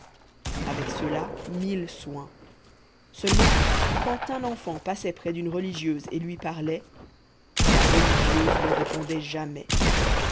avec cela mille soins seulement quand un enfant passait près d'une religieuse et lui parlait la religieuse ne répondait jamais